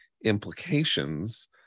implications